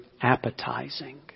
appetizing